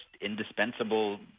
indispensable